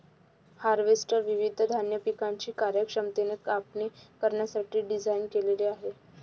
harvester विविध धान्य पिकांची कार्यक्षमतेने कापणी करण्यासाठी डिझाइन केलेले आहे